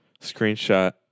screenshot